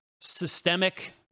systemic